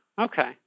Okay